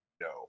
No